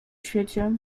świecie